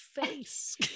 face